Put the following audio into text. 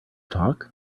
talk